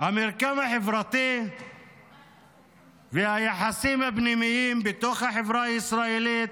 המרקם החברתי והיחסים הפנימיים בתוך החברה הישראלית